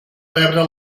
rebre